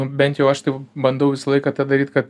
bent jau aš tai bandau visą laiką tą daryt kad